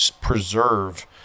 preserve